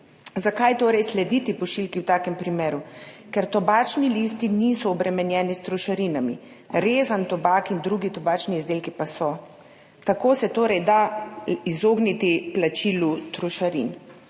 Zakaj torej slediti pošiljki v takem primeru? Ker tobačni listi niso obremenjeni s trošarinami, rezan tobak in drugi tobačni izdelki pa so. Tako se torej da izogniti plačilu trošarin.